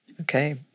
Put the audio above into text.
Okay